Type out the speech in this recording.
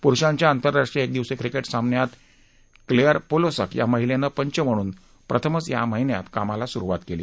पुरुषांच्या आंतरराष्ट्रीय एक दिवसीय क्रिकेट सामन्यात क्लेअर पोलोसक या महिलेनं पंच म्हणून प्रथमच या महिन्यात कामाला सुरुवात केली